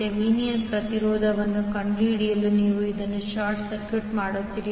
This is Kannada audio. ಥೆವೆನಿನ್ ಪ್ರತಿರೋಧವನ್ನು ಕಂಡುಹಿಡಿಯಲು ನೀವು ಇದನ್ನು ಶಾರ್ಟ್ ಸರ್ಕ್ಯೂಟ್ ಮಾಡುತ್ತೀರಿ